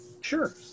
sure